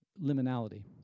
Liminality